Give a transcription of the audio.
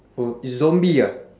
oh it's zombie ah